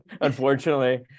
unfortunately